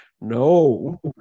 no